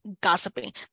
gossiping